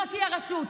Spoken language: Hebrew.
לא תהיה רשות.